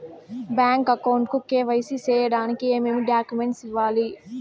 Bank account కు KYC సేయడానికి ఏమేమి డాక్యుమెంట్ ఇవ్వాలి?